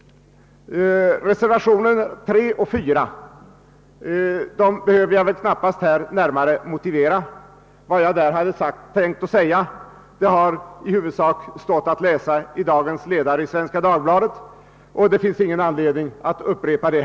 Reservationerna III och IV behöver jag väl knappast närmare motivera. Vad jag på denna punkt hade tänkt säga har i huvudsak stått att läsa i ledaren i dagens nummer av Svenska Dagbladet, och det finns ingen anledning att här upprepa det.